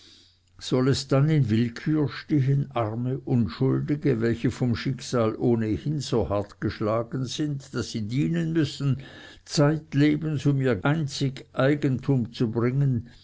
soll es dann in willkür stehen arme unschuldige welche vom schicksal ohnehin so hart geschlagen sind daß sie dienen müssen zeitlebens um ihr einzig eigentum zu bringen